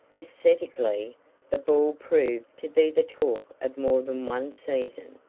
aesthetically the ball proved to be the talk of more than one season.